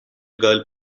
girl